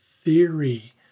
theory